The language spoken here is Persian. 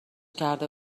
کرده